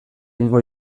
egingo